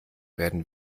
werden